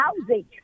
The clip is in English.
housing